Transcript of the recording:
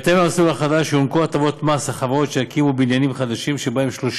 במסלול החדש יוענקו הטבות מס לחברות שיקימו בניינים חדשים שבהם 30